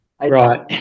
Right